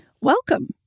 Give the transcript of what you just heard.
Welcome